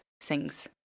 sings